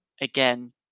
again